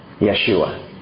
Yeshua